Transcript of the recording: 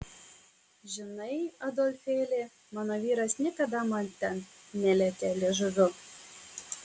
žinai adolfėli mano vyras niekada man ten nelietė liežuviu